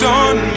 on